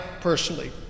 personally